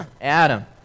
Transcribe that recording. Adam